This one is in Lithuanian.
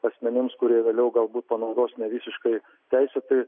asmenims kurie vėliau galbūt panaudos nevisiškai teisėtai